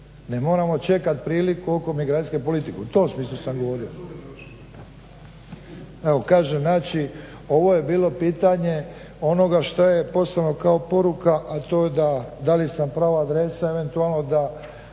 Ne moramo čekati priliku oko migracijske politike. U tom smislu sam govorio. Evo kažem, znači ovo je bilo pitanje onoga što je poslano kao poruka, a to je da, da li sam prava adresa eventualno da